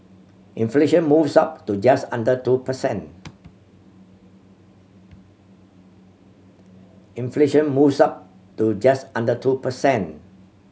inflation moves up to just under two per cent